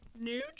New